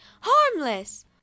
harmless